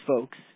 folks